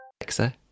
Alexa